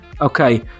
okay